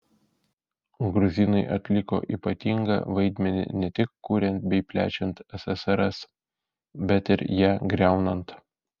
gruzinai atliko ypatingą vaidmenį ne tik kuriant bei plečiant ssrs bet ir ją griaunant